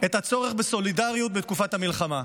את הצורך בסולידריות בתקופת המלחמה.